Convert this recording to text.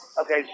Okay